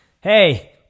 hey